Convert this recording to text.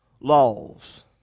laws